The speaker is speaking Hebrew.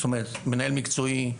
מנהל מקצועי,